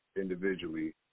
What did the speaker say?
individually